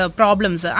problems